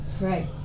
Right